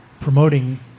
promoting